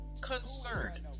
concerned